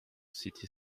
city